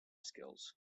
skills